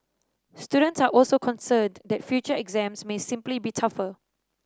students are also concerned that future exams may simply be tougher